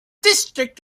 district